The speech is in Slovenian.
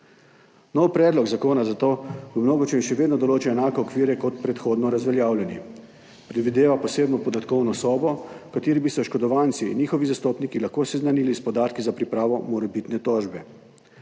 Nov predlog zakona zato v mnogočem še vedno določa enake okvire kot predhodno razveljavljeni. Predvideva posebno podatkovno sobo, v kateri bi se oškodovanci in njihovi zastopniki lahko seznanili s podatki za pripravo morebitne tožbe.